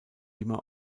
immer